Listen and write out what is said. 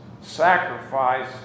sacrifice